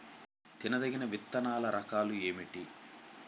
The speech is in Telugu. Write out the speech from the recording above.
తినదగిన విత్తనాల రకాలు ఏమిటి?